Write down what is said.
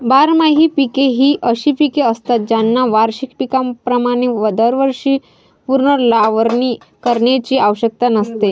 बारमाही पिके ही अशी पिके असतात ज्यांना वार्षिक पिकांप्रमाणे दरवर्षी पुनर्लावणी करण्याची आवश्यकता नसते